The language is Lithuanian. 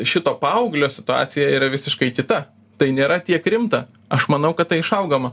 šito paauglio situacija yra visiškai kita tai nėra tiek rimta aš manau kad tai išaugama